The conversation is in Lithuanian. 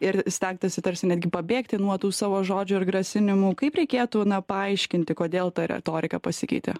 ir stengtasi tarsi netgi pabėgti nuo tų savo žodžių ir grasinimų kaip reikėtų paaiškinti kodėl ta retorika pasikeitė